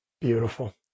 Beautiful